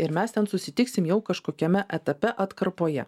ir mes ten susitiksim jau kažkokiame etape atkarpoje